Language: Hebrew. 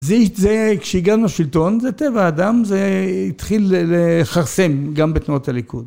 זה, כשהגענו לשלטון, זה טבע אדם, זה התחיל לחרסם גם בתנועות הליכוד.